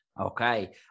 Okay